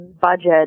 budget